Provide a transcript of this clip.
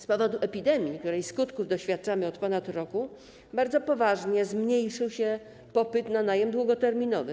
Z powodu epidemii, której skutków doświadczamy od ponad roku, bardzo poważnie zmniejszył się popyt na najem długoterminowy.